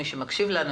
מי שמקשיב לנו,